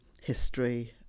history